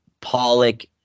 Pollock